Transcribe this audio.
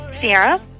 Sierra